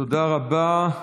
תודה רבה.